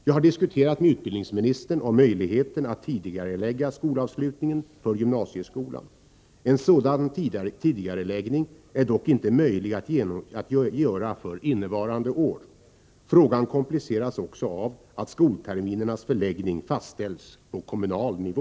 Jag har diskuterat med utbildningsministern om möjligheten att tidigarelägga skolavslutningen för gymnasieskolan. En sådan tidigareläggning är dock inte möjlig att göra för innevarande år. Frågan kompliceras också av att skolterminernas förläggning fastställs på kommunal nivå.